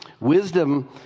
wisdom